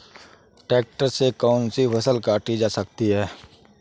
Tractor से कौन सी फसल काटी जा सकती हैं?